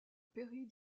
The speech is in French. pairie